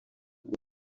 bwo